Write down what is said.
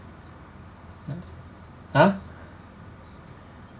!huh!